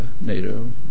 NATO